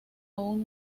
aún